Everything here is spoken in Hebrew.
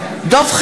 אדוני השר,